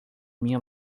minha